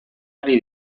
ari